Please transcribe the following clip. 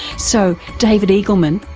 so david eagleman,